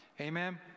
Amen